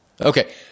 Okay